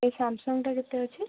ଏଇ ସାମସଙ୍ଗ୍ଟା କେତେ ଅଛି